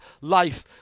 life